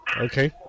Okay